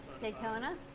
Daytona